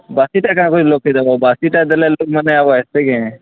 ବାସିଟା କାଁ କରି ଲୋକ୍କେ ଦେବ ବାସିଟା ଦେଲେ ଲୋକ୍ମାନେ ଆଉ ଆଏତେ କେଁ